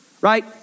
right